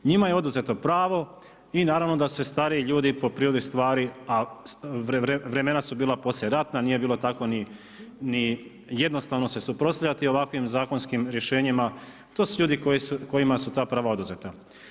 Njima je oduzeto pravo i naravno da se stari ljudi, po prirodi stvari, a vremena su bila poslijeratna, nije bilo tako ni jednostavno se suprotstavljati ovakvim zakonskim rješenjima, to su ljudi kojima su ta prava oduzeta.